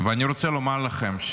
אני רוצה לומר לכם,